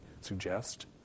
suggest